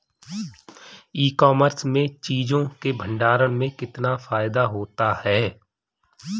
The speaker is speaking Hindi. ई कॉमर्स में चीज़ों के भंडारण में कितना फायदा होता है?